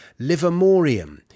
livermorium